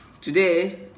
today